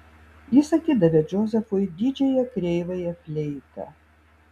jis atidavė džozefui didžiąją kreivąją fleitą